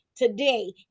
Today